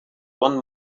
one